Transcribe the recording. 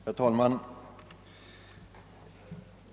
Herr talman!